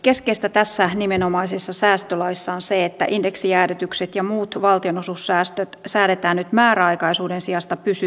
keskeistä tässä nimenomaisessa säästölaissa on se että indeksijäädytykset ja muut valtionosuussäästöt säädetään nyt määräaikaisuuden sijasta pysyviksi